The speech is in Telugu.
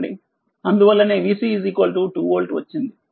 అందువల్లనేvC 2వోల్ట్ వచ్చింది